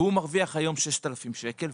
שעובד ומרוויח היום 6,000 שקלים.